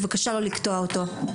בבקשה לא לקטוע אותו.